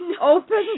Open